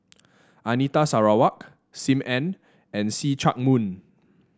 Anita Sarawak Sim Ann and See Chak Mun